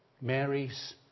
Marys